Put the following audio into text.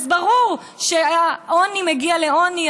אז ברור שעוני מגיע לעוני,